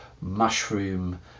mushroom